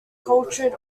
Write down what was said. cultured